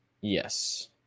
Yes